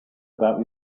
about